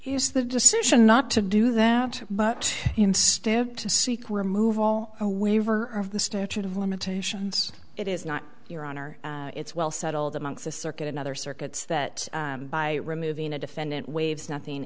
is the decision not to do that but instead to seek remove all a waiver of the statute of limitations it is not your honor it's well settled among the circuit and other circuits that by removing a defendant waives nothing